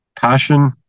passion